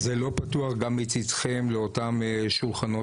וזה לא פתוח גם מצדכם לאותם שולחנות,